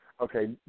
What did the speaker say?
Okay